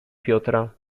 piotra